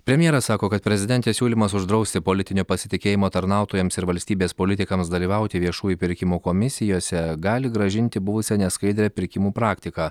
premjeras sako kad prezidentės siūlymas uždrausti politinio pasitikėjimo tarnautojams ir valstybės politikams dalyvauti viešųjų pirkimų komisijose gali grąžinti buvusią neskaidrią pirkimų praktiką